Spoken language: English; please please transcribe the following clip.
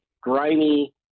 grimy